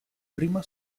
prima